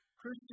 Christian